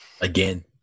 again